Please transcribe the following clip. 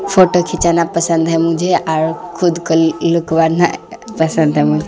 photo کھینچانا پسند ہے مجھے اور خود کو لک بننا پسند ہے